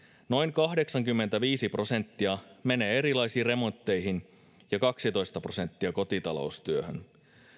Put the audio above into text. noin kahdeksankymmentäviisi prosenttia menee erilaisiin remontteihin ja kaksitoista prosenttia kotitaloustyöhön